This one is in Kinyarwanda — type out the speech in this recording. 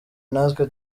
natwe